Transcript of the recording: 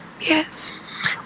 Yes